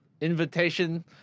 invitation